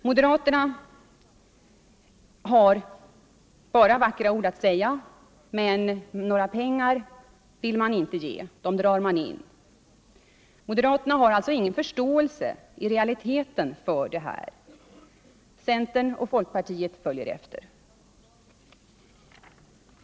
Moderaterna har bara vackra ord att säga, men några pengar vill man inte ge. Dem drar man in. Moderaterna har alltså ingen förståelse i realiteten för dessa frågor. Centern och folkpartiet följer efter.